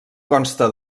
consta